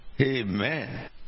Amen